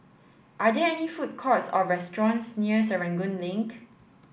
are there any food courts or restaurants near Serangoon Link